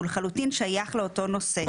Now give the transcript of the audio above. הוא לחלוטין שייך לאותו נושא.